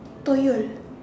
told you